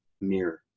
mirror